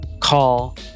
call